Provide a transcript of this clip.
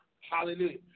Hallelujah